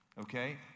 okay